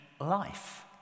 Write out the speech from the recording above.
life